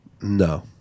No